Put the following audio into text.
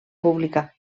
pública